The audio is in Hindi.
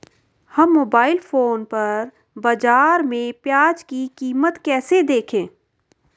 हम मोबाइल फोन पर बाज़ार में प्याज़ की कीमत कैसे देखें?